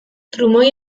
trumoi